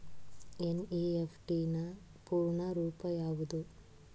NEFT ನ ಪೂರ್ಣ ರೂಪ ಯಾವುದು?